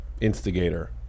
instigator